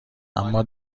اما